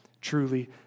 truly